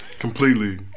Completely